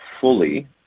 fully